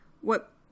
what-